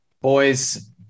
Boys